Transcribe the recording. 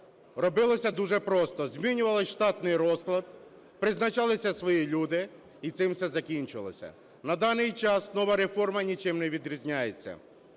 робилося дуже просто: змінювався штатний розклад, призналися свої люди - і цим все закінчувалося. На даний час нова реформа нічим не відрізняється,